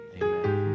amen